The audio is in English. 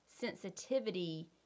sensitivity